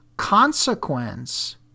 Consequence